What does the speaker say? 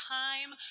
time